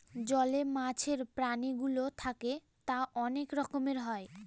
জলে মাছের প্রাণীগুলো থাকে তা অনেক রকমের হয়